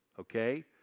Okay